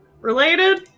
related